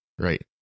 Right